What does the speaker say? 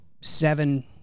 seven